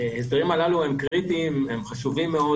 ההסדרים הללו הם קריטיים, הם חשובים מאוד